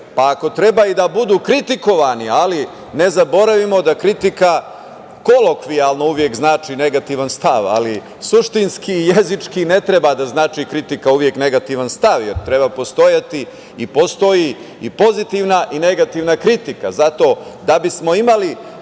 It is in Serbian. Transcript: pa ako treba i da budu kritikovani, ali ne zaboravimo da kritika kolokvijalno uvek znači negativan stav, ali suštinski i jezički ne treba da znači kritika uvek negativan stav. Treba postojati i postoji i pozitivna i negativna kritika, zato da bismo imali